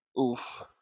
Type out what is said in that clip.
oof